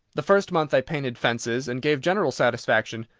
the first month i painted fences, and gave general satisfaction.